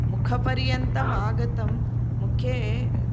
मुखप्रयान्तम् आगतं मुखे